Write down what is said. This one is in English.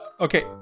okay